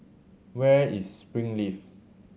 where is Springleaf